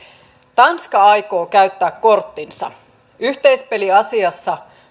tanska aikoo käyttää korttinsa yhteispeli asiassa